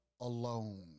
alone